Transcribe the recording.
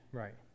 right